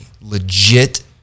legit